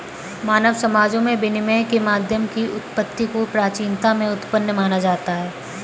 मानव समाजों में विनिमय के माध्यमों की उत्पत्ति को प्राचीनता में उत्पन्न माना जाता है